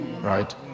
right